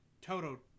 Toto